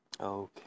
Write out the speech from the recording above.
Okay